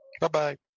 bye-bye